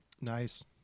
Nice